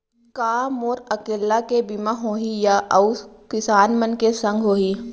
का मोर अकेल्ला के बीमा होही या अऊ किसान मन के संग होही?